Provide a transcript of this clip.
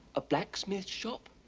a blacksmith shop?